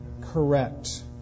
correct